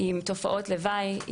עם תופעות לוואי,